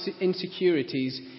insecurities